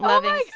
loving